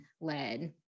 led